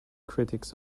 critics